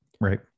Right